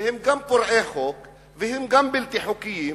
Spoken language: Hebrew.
שהם גם פורעי חוק והם גם בלתי חוקיים